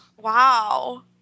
Wow